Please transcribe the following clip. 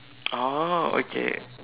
oh okay